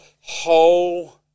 whole